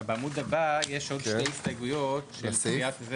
‬‬‬‬‬ בעמוד הבא יש עוד שתי הסתייגויות של סיעת יש